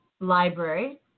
library